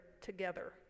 together